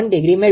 1° મેળવીશું